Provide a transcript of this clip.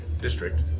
district